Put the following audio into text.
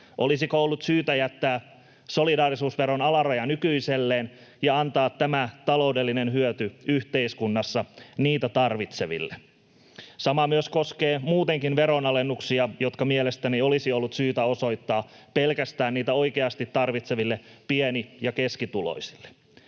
Olisiko ollut syytä jättää solidaarisuusveron alaraja nykyiselleen ja antaa tämä taloudellinen hyöty yhteiskunnassa sitä tarvitseville? Sama koskee muutenkin veronalennuksia, jotka mielestäni olisi ollut syytä osoittaa pelkästään niitä oikeasti tarvitseville pieni- ja keskituloisille.